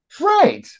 right